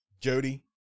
Jody